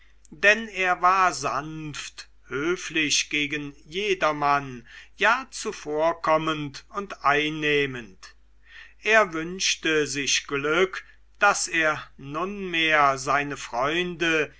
denn er war sanft höflich gegen jedermann ja zuvorkommend und einnehmend er wünschte sich glück daß er nunmehr seine freunde